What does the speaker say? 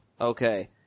Okay